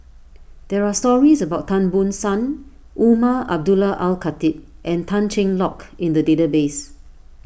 there are stories about Tan Ban Soon Umar Abdullah Al Khatib and Tan Cheng Lock in the database